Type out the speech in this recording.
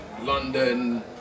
London